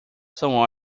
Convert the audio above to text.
são